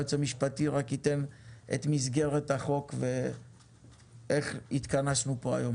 היועץ המשפטי רק ייתן את מסגרת החוק ואיך התכנסו פה היום,